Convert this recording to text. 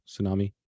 tsunami